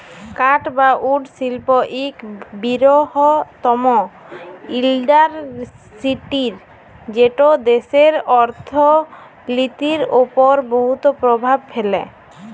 কাঠ বা উড শিল্প ইক বিরহত্তম ইল্ডাসটিরি যেট দ্যাশের অথ্থলিতির উপর বহুত পরভাব ফেলে